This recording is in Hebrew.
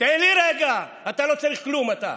אתה לא צריך כלום, אתה,